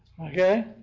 Okay